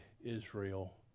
Israel